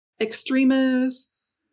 extremists